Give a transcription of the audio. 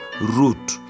root